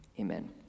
Amen